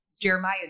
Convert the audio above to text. Jeremiah